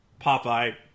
Popeye